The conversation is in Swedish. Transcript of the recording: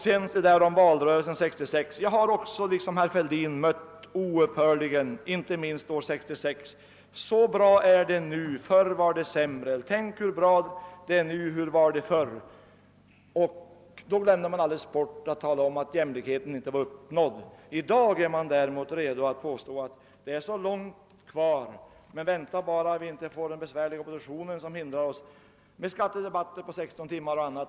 Sedan var det valrörelsen 1966. Liksom herr Fälldin har också jag, inte minst år 1966, oupphörligen mött uttrycken: Så här bra är det nu, förr var det sämre. Hur var det förr? Då glömmer man alldeles bort att tala om att jämlikheten inte var uppnådd. I dag är man däremot redo att påstå att det är långt kvar. Men det är den besvärliga oppositionen som hindrar oss med skattedebatter på 16 timmar och annat.